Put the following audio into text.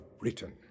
written